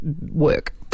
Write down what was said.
work